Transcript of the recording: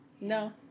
No